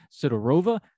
Sidorova